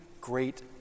great